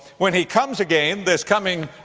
when he comes again there's coming,